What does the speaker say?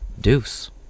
deuce